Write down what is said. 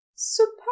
Suppose